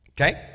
Okay